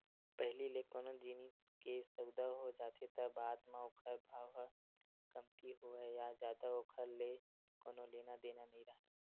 पहिली ले कोनो जिनिस के सउदा हो जाथे त बाद म ओखर भाव ह कमती होवय या जादा ओखर ले कोनो लेना देना नइ राहय